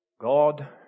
God